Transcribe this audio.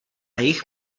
jejich